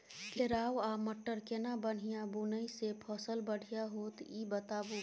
केराव आ मटर केना महिना बुनय से फसल बढ़िया होत ई बताबू?